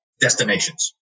destinations